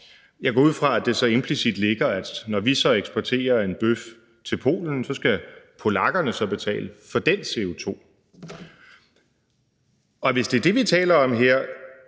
Jeg går ud fra, at der så implicit ligger i det, at når vi så eksporterer en bøf til Polen, skal polakkerne betale for den CO2. Hvis det er det, vi taler om her,